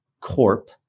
Corp